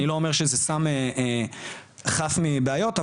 אני לא אומר שזה סם שהוא חף מבעיות,